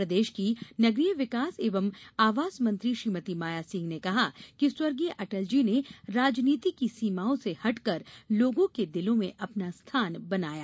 प्रदेश की नगरीय विकास एवं आवास मंत्री श्रीमती माया सिंह ने कहा कि स्व अटल जी ने राजनीति की सीमाओं से हटकर लोगों के दिलों में अपना स्थान बनाया